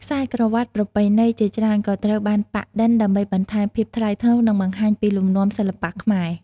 ខ្សែក្រវ៉ាត់ប្រពៃណីជាច្រើនក៏ត្រូវបានប៉ាក់-ឌិន ដើម្បីបន្ថែមភាពថ្លៃថ្នូរ និងបង្ហាញពីលំនាំសិល្បៈខ្មែរ។